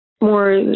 More